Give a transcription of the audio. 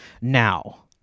Now